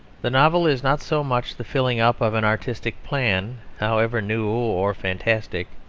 the novel is not so much the filling up of an artistic plan, however new or fantastic.